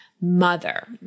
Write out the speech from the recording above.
mother